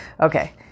Okay